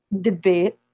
debate